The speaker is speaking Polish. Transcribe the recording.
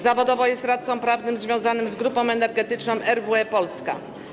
Zawodowo jest radcą prawnym związanym z grupą energetyczną RWE Polska.